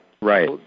right